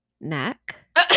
Neck